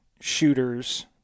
shooters